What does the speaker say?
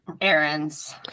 errands